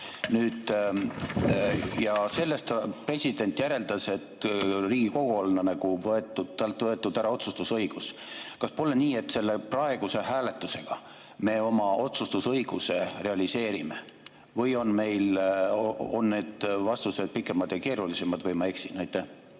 Sellest president järeldas, et Riigikogul olla nagu võetud ära otsustusõigus. Kas pole nii, et selle praeguse hääletusega me oma otsustusõiguse realiseerime? Või on meil need vastused pikemad ja keerulisemad? Või ma eksin? Aitäh!